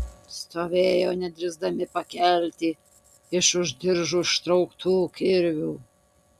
stovėjo nedrįsdami pakelti iš už diržų ištrauktų kirvių